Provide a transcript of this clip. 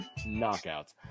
knockouts